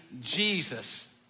Jesus